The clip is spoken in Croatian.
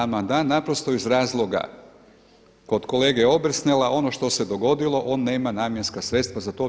Amandman naprosto iz razloga kod kolege Obersnela ono što se dogodilo, on nema namjenska sredstva za to.